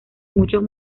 muchos